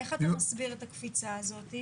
איך אתה מסביר את הקפיצה הזאת?